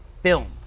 film